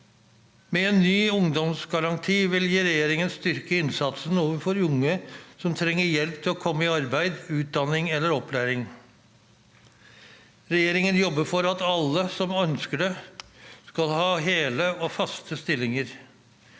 Med en ny ungdomsgaranti vil regjeringen styrke innsatsen overfor unge som trenger hjelp til å komme i arbeid, utdanning eller opplæring. Regjeringen jobber for at alle som ønsker det, skal ha hele og faste stillinger.